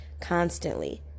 constantly